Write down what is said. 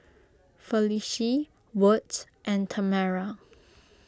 Felicie Wirt and Tamera